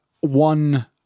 one